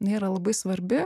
jinai yra labai svarbi